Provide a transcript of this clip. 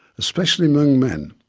especially among men,